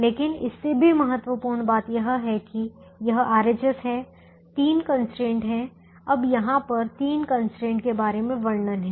लेकिन इससे भी महत्वपूर्ण बात यह है कि यह RHS हैं तीन कंस्ट्रेंट हैं अब यहां पर तीन कंस्ट्रेंट के बारे में वर्णन है